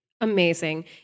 Amazing